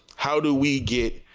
how do we get